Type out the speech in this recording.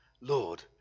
Lord